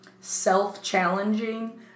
self-challenging